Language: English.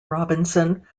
robinson